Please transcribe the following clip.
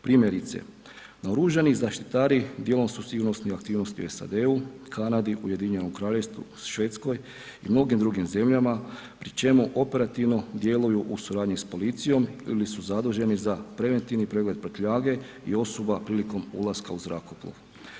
Primjerice, naoružani zaštitari djelom su sigurnosne aktivnosti u SAD-u, Kanadi, Ujedinjenom Kraljevstvu, Švedskoj i mnogim drugim zemljama pri čemu operativno djeluju u suradnji s policijom ili su zaduženi za preventivni pregled prtljage i osoba prilikom ulaska u zrakoplov.